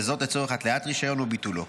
וזאת לצורך התליית רישיון או ביטולו.